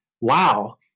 wow